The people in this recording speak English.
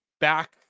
back